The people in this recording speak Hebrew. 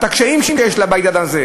את הקשיים שיש לה בעניין הזה,